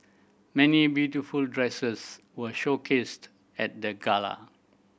many beautiful dresses were showcased at the gala